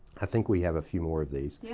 i think we have a few more of these. yeah